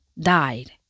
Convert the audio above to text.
died